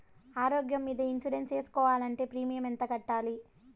ఆరోగ్యం మీద ఇన్సూరెన్సు సేసుకోవాలంటే ప్రీమియం ఎంత కట్టాలి?